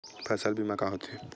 फसल बीमा का होथे?